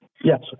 yes